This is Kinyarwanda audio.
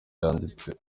yanditse